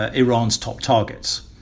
ah iran's top targets.